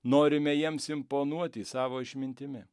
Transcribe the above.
norime jiems imponuoti savo išmintimi